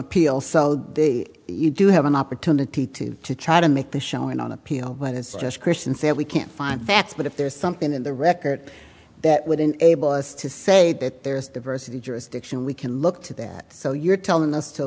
appeal so the you do have an opportunity to try to make the showing on appeal but it's just christiansand we can't find that's but if there's something in the record that would enable us to say that there's diversity jurisdiction we can look to that so you're telling us to